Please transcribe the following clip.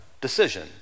decision